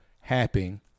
happening